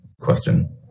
question